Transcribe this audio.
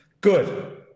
Good